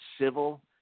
civil